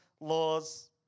laws